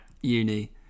uni